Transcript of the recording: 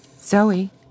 Zoe